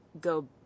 go